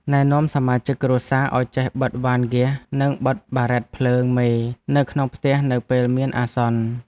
ណែនាំសមាជិកគ្រួសារឱ្យចេះបិទវ៉ានហ្គាសនិងបិទបារ៉ែតភ្លើងមេនៅក្នុងផ្ទះនៅពេលមានអាសន្ន។